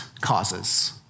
causes